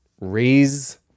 raise